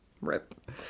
Rip